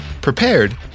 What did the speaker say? prepared